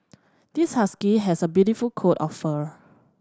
this husky has a beautiful coat of fur